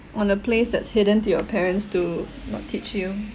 on a place that's hidden to your parents to not teach you